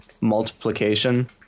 multiplication